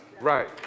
right